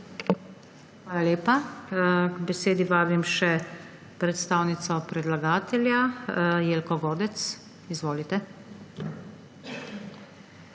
Hvala lepa. K besedi vabim še predstavnico predlagatelja Jelko Godec. Izvolite.